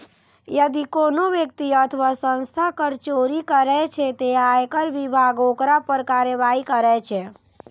यदि कोनो व्यक्ति अथवा संस्था कर चोरी करै छै, ते आयकर विभाग ओकरा पर कार्रवाई करै छै